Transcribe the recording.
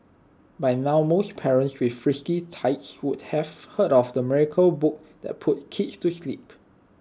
by now most parents with frisky tykes would have heard of the miracle book that puts kids to sleep